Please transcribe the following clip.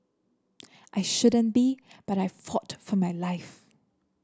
I shouldn't be but I fought for my life